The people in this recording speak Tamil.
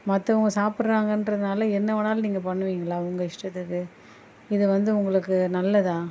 மற்றவங்க சாப்பிட்றாங்கன்றதுனால என்ன வேணாலும் நீங்கள் பண்ணுவீங்களா உங்கள் இஸ்டத்துக்கு இது வந்து உங்களுக்கு நல்லதா